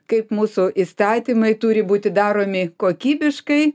kaip mūsų įstatymai turi būti daromi kokybiškai